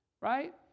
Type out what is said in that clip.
Right